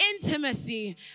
intimacy